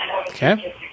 Okay